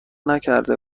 نکرده